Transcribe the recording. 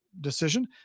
decision